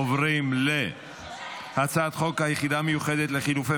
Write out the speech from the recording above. אנחנו עוברים להצעת חוק היחידה המיוחדת לחילופי